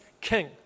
king